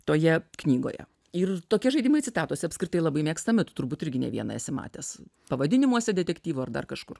toje knygoje ir tokie žaidimai citatose apskritai labai mėgstami tu turbūt irgi ne vieną esi matęs pavadinimuose detektyvų ar dar kažkur